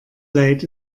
leid